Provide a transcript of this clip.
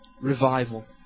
Revival